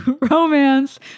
romance